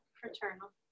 Fraternal